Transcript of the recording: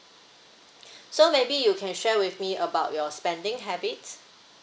so maybe you can share with me about your spending habit